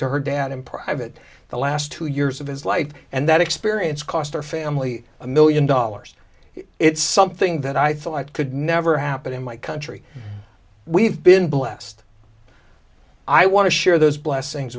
to her dad in private the last two years of his life and that experience cost our family a million dollars it's something that i thought i could never happen in my country we've been blessed i want to share those blessings